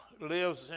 lives